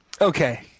Okay